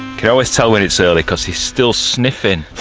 can i always tell when it's early because he's still sniffing.